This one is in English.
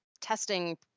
testing